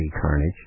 carnage